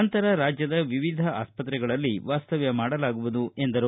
ನಂತರ ರಾಜ್ಯದ ವಿವಿಧ ಆಸ್ಪತ್ರೆಗಳಲ್ಲಿ ವಾಸ್ತವ್ಯ ಮಾಡಲಾಗುವುದು ಎಂದರು